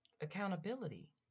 accountability